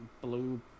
blue